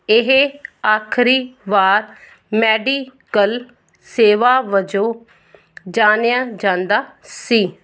ਇਹ ਆਖਰੀ ਵਾਰ ਮੈਡੀਕਲ ਸੇਵਾ ਵਜੋਂ ਜਾਣਿਆ ਜਾਂਦਾ ਸੀ